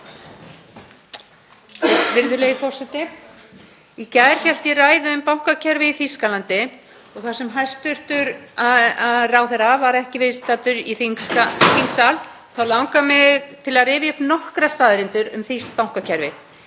Í gær hélt ég ræðu um bankakerfið í Þýskalandi og þar sem hæstv. ráðherra var ekki viðstaddur í þingsal langar mig til að rifja upp nokkrar staðreyndir um þýskt bankakerfi.